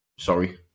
Sorry